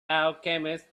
alchemist